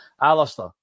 Alistair